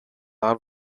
out